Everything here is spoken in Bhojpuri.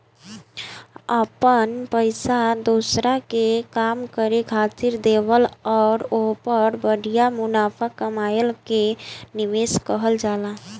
अपन पइसा दोसरा के काम करे खातिर देवल अउर ओहपर बढ़िया मुनाफा कमएला के निवेस कहल जाला